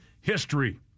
history